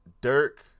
Dirk